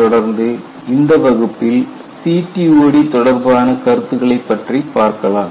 தொடர்ந்து இந்த வகுப்பில் CTOD தொடர்பான கருத்துக்களை பற்றி பார்க்கலாம்